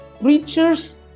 preachers